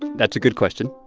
that's a good question.